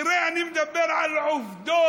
תראה, אני מדבר על עובדות.